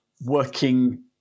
working